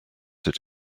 that